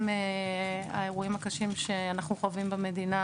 גם האירועים הקשים שאנחנו חווים במדינה